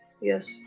Yes